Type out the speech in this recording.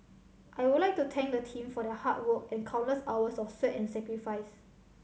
I would like to thank the team for their hard work and countless hours of sweat and sacrifice